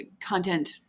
content